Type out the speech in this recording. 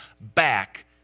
back